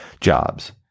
jobs